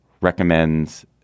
recommends